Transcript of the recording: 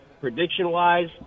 prediction-wise